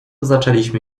zaczęliśmy